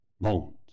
bones